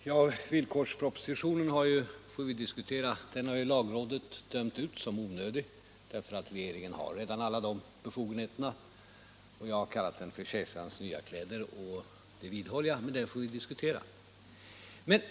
Herr talman! Villkorspropositionen får vi studera sedan, men den har Nn ju lagrådet dömt ut såsom onödig, eftersom regeringen redan har alla de befogenheterna. Jag har kallat den för kejsarens nya kläder, och det vidhåller jag, men detta får vi som sagt diskutera senare.